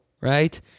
right